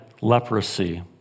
leprosy